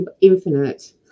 infinite